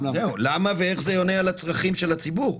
למה ואיך זה עונה על הצרכים של הציבור?